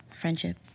friendship